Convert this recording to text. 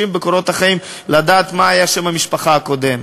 בקורות החיים לדעת מה היה שם המשפחה הקודם.